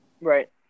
Right